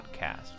podcast